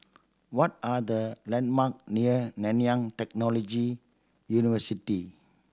what are the landmarks near Nanyang Technology University